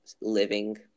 living